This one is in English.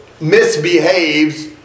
misbehaves